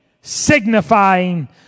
signifying